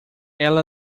ela